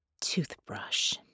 Toothbrush